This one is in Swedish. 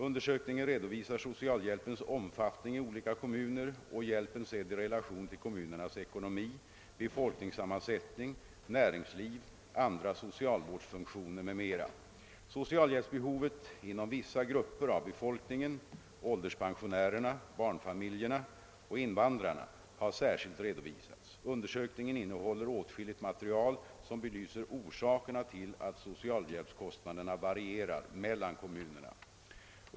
Undersökningen redovisar socialhjälpens omfattning i olika kommuner, och hjälpen sedd i relation till kommunernas ekonomi, befolkningssammansättning, näringsliv, andra socialvårdsfunktioner m.m. Socialhjälpsbehovet inom vissa grupper av befolkningen — ålderspensionärerna, barnfamiljerna och invandrarna — har särskilt redovisats. Undersökningen innehåller åtskilligt material som belyser orsakerna till att socialhjälpskostnaderna varierar mellan kommunerna.